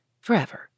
forever